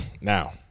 Now